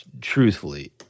truthfully